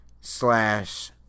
slash